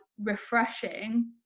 refreshing